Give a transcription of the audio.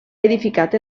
edificat